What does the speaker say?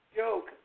joke